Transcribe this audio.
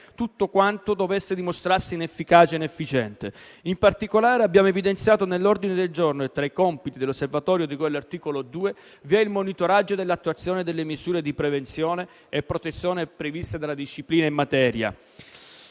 tutto ciò che dovesse dimostrarsi inefficace e inefficiente. In particolare, abbiamo evidenziato nell'ordine del giorno che tra i compiti dell'Osservatorio di cui all'articolo 2 vi è il monitoraggio dell'attuazione delle misure di prevenzione e protezione previste dalla disciplina in materia